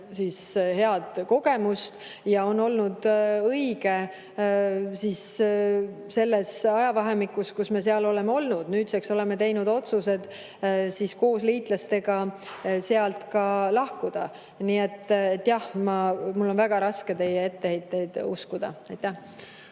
ka hea kogemuse ja on olnud õige selles ajavahemikus, kui me seal oleme olnud. Nüüdseks oleme teinud otsuse koos liitlastega sealt lahkuda. Nii et jah, mul on väga raske teie etteheiteid uskuda. Ja